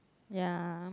ya